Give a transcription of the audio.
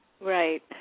Right